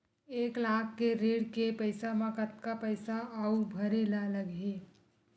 एक लाख के ऋण के पईसा म कतका पईसा आऊ भरे ला लगही?